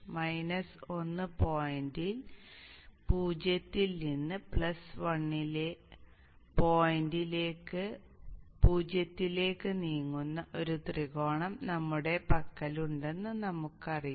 minus 1 point 0 ൽ നിന്ന് plus 1 point 0 ലേക്ക് നീങ്ങുന്ന ഒരു ത്രികോണം നമ്മുടെ പക്കലുണ്ടെന്ന് നമുക്കറിയാം